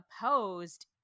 opposed